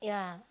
yeah